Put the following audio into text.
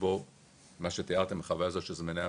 שבו מה שתיארתם, החוויה הזו של זמני ההמתנה,